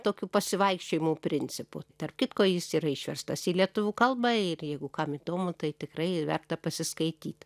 tokių pasivaikščiojimų principu tarp kitko jis yra išverstas į lietuvių kalbą ir jeigu kam įdomu tai tikrai verta pasiskaityt